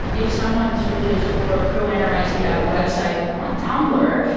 if someone searches for a pro-anorexia website on tumblr,